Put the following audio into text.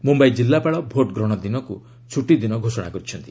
ମୁମ୍ୟାଇ ଜିଲ୍ଲାପାଳ ଭୋଟ୍ ଗ୍ରହଣ ଦିନକୁ ଛୁଟିଦିନ ଘୋଷଣା କରିଛନ୍ତି